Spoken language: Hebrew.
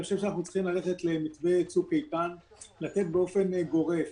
אני חושב שאנחנו צריכים ללכת למתווה צוק איתן ולתת באופן גורף